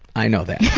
i know that.